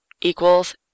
equals